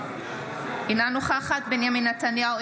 אינה נוכחת בנימין נתניהו,